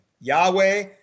Yahweh